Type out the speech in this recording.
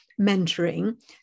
mentoring